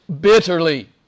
bitterly